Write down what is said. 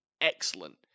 excellent